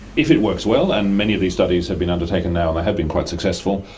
if it works well, and many of these studies have been undertaken now and they have been quite successful,